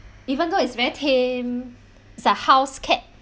even though it's very tame it's a house cat